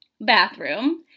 bathroom